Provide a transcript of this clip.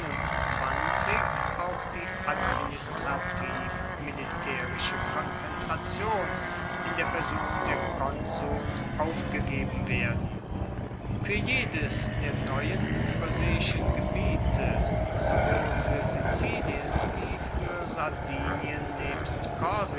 auch die administrativ militaerische konzentration in der person der konsuln aufgegeben werden fuer jedes der neuen ueberseeischen gebiete sowohl fuer sizilien wie fuer sardinien nebst